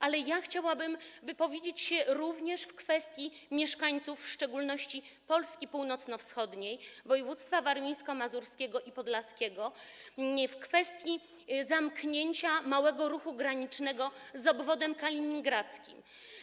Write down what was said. Ale ja chciałabym wypowiedzieć się również w imieniu mieszkańców, w szczególności Polski północno-wschodniej, województw warmińsko-mazurskiego i podlaskiego, w kwestii zamknięcia małego ruchu granicznego z obwodem kaliningradzkim.